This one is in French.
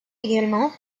également